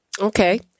Okay